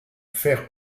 faire